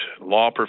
law